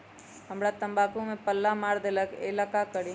हमरा तंबाकू में पल्ला मार देलक ये ला का करी?